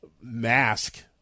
mask